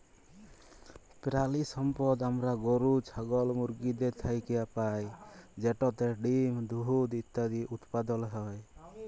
পেরালিসম্পদ আমরা গরু, ছাগল, মুরগিদের থ্যাইকে পাই যেটতে ডিম, দুহুদ ইত্যাদি উৎপাদল হ্যয়